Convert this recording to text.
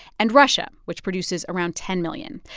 and russia, which produces around ten million.